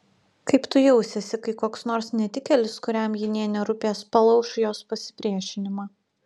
kaip tu jausiesi kai koks nors netikėlis kuriam ji nė nerūpės palauš jos pasipriešinimą